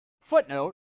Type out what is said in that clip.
Footnote